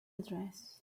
address